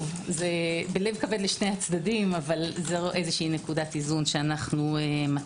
זה בלב כבד לשני הצדדים אך זו נקודת איזון כלשהי שמצאנו.